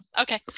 Okay